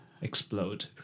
explode